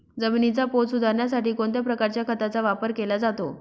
जमिनीचा पोत सुधारण्यासाठी कोणत्या प्रकारच्या खताचा वापर केला जातो?